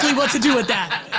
and what to do with that.